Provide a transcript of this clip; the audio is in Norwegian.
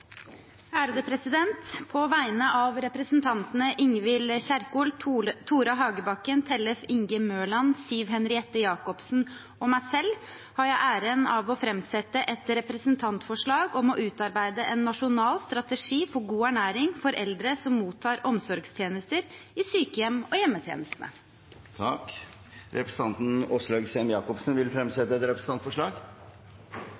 På vegne av representantene Ingvild Kjerkol, Tore Hagebakken, Tellef Inge Mørland, Siv Henriette Jacobsen og meg selv har jeg æren av å fremsette et representantforslag om å utarbeide en nasjonal strategi for god ernæring for eldre som mottar omsorgstjenester i sykehjem og hjemmetjenestene. Representanten Åslaug Sem-Jacobsen vil